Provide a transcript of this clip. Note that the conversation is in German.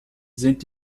sind